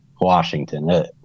Washington